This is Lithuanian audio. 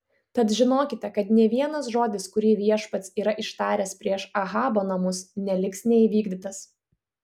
tad žinokite kad nė vienas žodis kurį viešpats yra ištaręs prieš ahabo namus neliks neįvykdytas